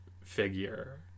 figure